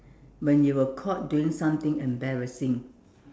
when you were caught doing something embarrassing